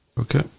Okay